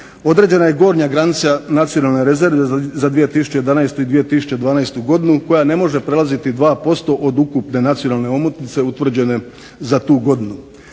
Određena je gornja granica nacionalne rezerve za 2011. i 2012. godinu koja ne može prelaziti 2% od ukupne nacionalne omotnice utvrđene za tu godinu.